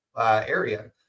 area